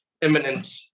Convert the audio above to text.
imminent